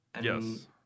Yes